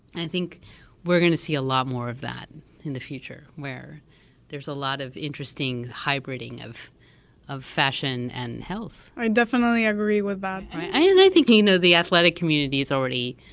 i think we're going to see a lot more of that in the future where there's a lot of interesting hybriding of of fashion and health i definitely agree with but that. and i think you know the athletic community is already